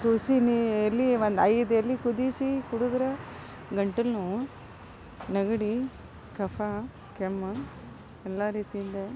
ತುಳಸಿ ನಿ ಎಲೆ ಒಂದು ಐದು ಎಲೆ ಕುದಿಸಿ ಕುಡಿದ್ರೆ ಗಂಟಲು ನೋವು ನೆಗಡಿ ಕಫ ಕೆಮ್ಮು ಎಲ್ಲ ರೀತಿಯಿಂದ